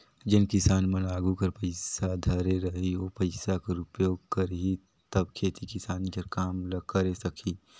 जेन किसान मन आघु कर पइसा धरे रही ओ पइसा कर उपयोग करही तब खेती किसानी कर काम ल करे सकही